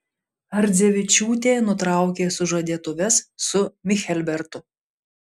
ardzevičiūtė nutraukė sužadėtuves su michelbertu